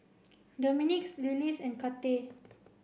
Dominicks Lillis and Kathey